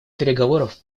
переговоров